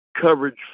coverage